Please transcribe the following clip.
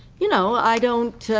you know, i don't